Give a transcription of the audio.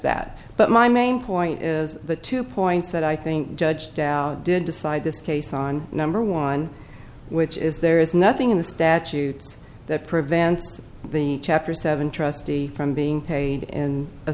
that but my main point is the two points that i think judge dowd did decide this case on number one which is there is nothing in the statute that prevents the chapter seven trustee from being paid in a